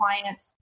client's